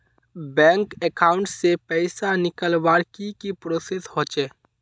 Bank account से पैसा निकालवर की की प्रोसेस होचे?